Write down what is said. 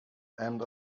and